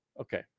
Okay